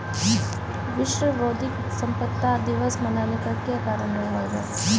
विश्व बौद्धिक संपदा दिवस मनाने का क्या कारण रहा होगा?